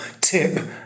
tip